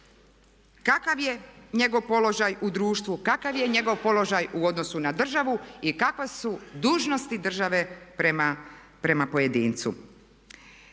kakav je njegov položaj u društvu, kakav je njegov položaj u odnosu na državu i kakve su dužnosti države prema pojedincu.